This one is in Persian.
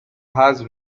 حذف